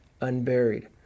unburied